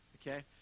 Okay